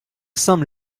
some